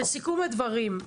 לסיכום הדברים,